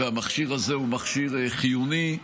והמכשיר הזה הוא מכשיר חיוני.